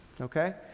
Okay